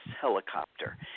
helicopter